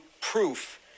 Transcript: proof